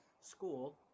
school